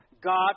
God